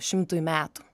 šimtui metų